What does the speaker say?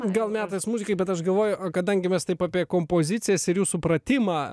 gal metas muzikai bet aš galvoju o kadangi mes taip apie kompozicijas ir jų supratimą